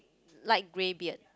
light grey beard